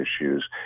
issues